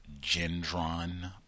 Gendron